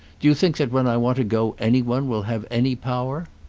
do you think that when i want to go any one will have any power